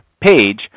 page